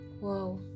Wow